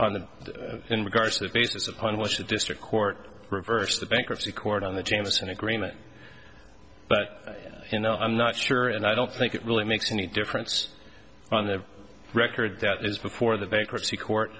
in regards to the basis upon which the district court reversed the bankruptcy court on the jameson agreement but you know i'm not sure and i don't think it really makes any difference on the record that is before the bankruptcy court